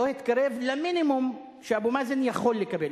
התקרב למינימום שאבו מאזן יכול לקבל.